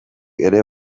ere